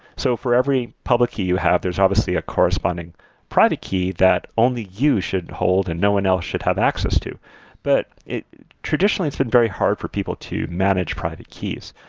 so for every public key you have, there's obviously a corresponding private key that only you should hold and no one else should have access to but traditionally, it's been very hard for people to manage private keys.